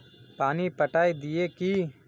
पानी पटाय दिये की?